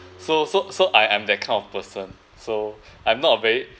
so so so I am that kind of person so I'm not a very